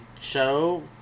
show